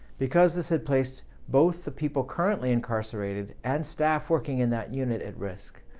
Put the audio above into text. because this had placed both the people currently incarcerated and staff working in that unit at risk,